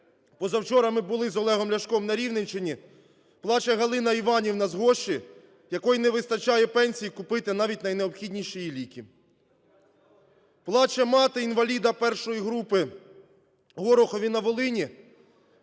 Позавчора ми були з Олегом Ляшком на Рівненщині, плаче Галина Іванівна з Гощі, в якої не вистачає пенсії купити навіть найнеобхідніші їй ліки. Плаче мати інваліда I групи в Горохові на Волині.